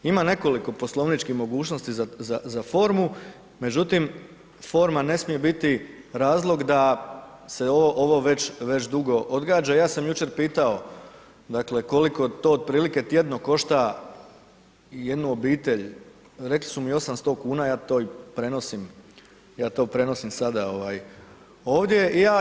Ima nekoliko Poslovničkih mogućnosti za formu, međutim forma ne smije biti razlog da se ovo već dugo odgađa, ja sam jučer pitao dakle koliko to otprilike tjedno košta jednu obitelj, rekli su mi 800 kuna, ja to i prenosim, ja to prenosim sada ovaj ovdje.